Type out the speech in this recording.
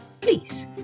please